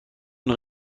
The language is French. une